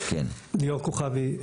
ליאור כוכבי,